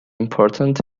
important